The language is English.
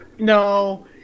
No